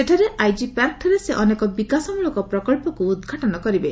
ସେଠାରେ ଆଇଜି ପାର୍କଠାରେ ସେ ଅନେକ ବିକାଶମୂଳକ ପ୍ରକଳ୍ପକୁ ଉଦ୍ଘାଟନ କରିବେ